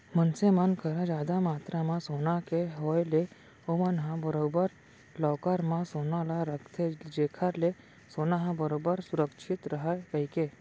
मनसे मन करा जादा मातरा म सोना के होय ले ओमन ह बरोबर लॉकर म सोना ल रखथे जेखर ले सोना ह बरोबर सुरक्छित रहय कहिके